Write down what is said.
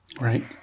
Right